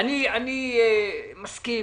אני מסכים